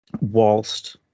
whilst